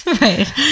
Right